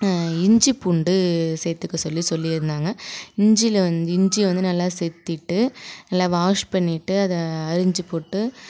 இஞ்சிப் பூண்டு சேர்த்துக்கச் சொல்லிச் சொல்லிருந்தாங்க இஞ்சியில வ இஞ்சி வந்து நல்லா சேத்திட்டு நல்லா வாஷ் பண்ணிவிட்டு அதை அரிஞ்சி போட்டு